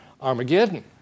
Armageddon